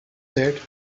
that